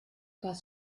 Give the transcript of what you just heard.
das